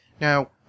Now